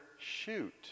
shoot